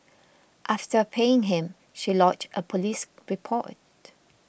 after paying him she lodged a police report